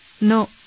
No